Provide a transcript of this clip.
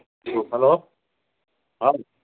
hello how